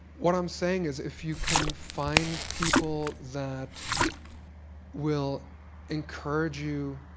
what i'm saying is if you can find people that will encourage you,